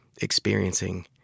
experiencing